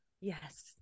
yes